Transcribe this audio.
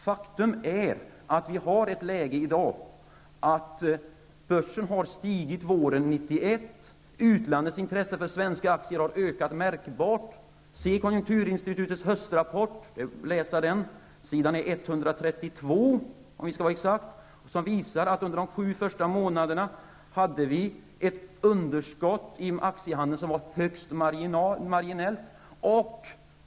Faktum är att vi i dag har det läget att börsen våren 1991 har stigit; utlandets intresse för svenska aktier har ökat märkbart. Se konjunkturinstitutets höstrapport och läs vad som sägs på s. 132, för att vara exakt! Den visar att vi de sju första månaderna hade ett underskott i aktiehandeln som var högst marginellt.